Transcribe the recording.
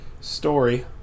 story